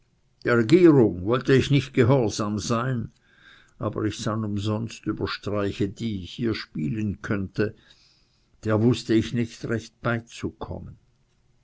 der regierung wollte ich nicht gehorsam sein aber ich sann umsonst über streiche die ich ihr spielen könnte der wußte ich nicht recht beizukommen